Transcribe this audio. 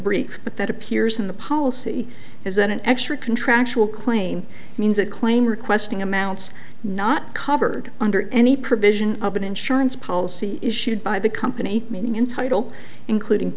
brief but that appears in the policy is that an extra contractual claim means that claim requesting amounts not covered under any provision of an insurance policy issued by the company meaning entitle including